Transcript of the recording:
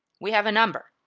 we have a number.